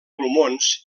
pulmons